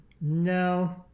no